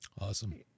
Awesome